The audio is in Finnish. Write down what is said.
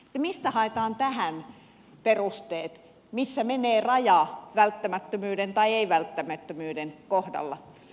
mistä haetaan tähän perusteet missä menee raja välttämättömyyden tai ei välttämättömyyden kohdalla